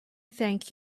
thank